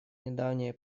недавние